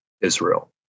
Israel